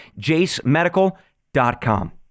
jasemedical.com